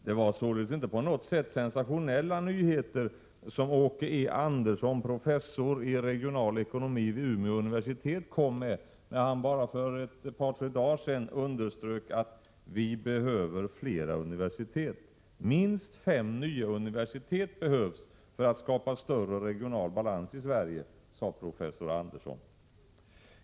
Det var således inte på något sätt sensationella nyheter som Åke E Andersson, professor i regionalekonomi vid Umeå universitet, kom med när han för bara ett par tre dagar sedan underströk att vi behöver flera universitet. Minst fem nya universitet behövs för att skapa bättre regional balans i Sverige, sade professor Andersson.